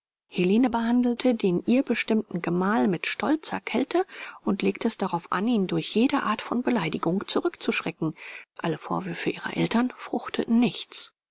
helene behandelte den ihr bestimmten gemahl mit stolzer kälte und legte es darauf an ihn durch jede art von beleidigung zurückzuschrecken alle vorwürfe ihrer eltern fruchteten nichts